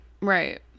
Right